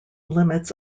limits